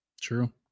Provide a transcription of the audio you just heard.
true